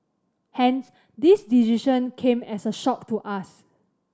hence this decision came as a shock to us